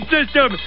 System